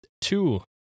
two